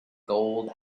gold